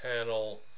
panel